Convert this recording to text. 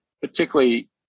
particularly